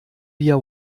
via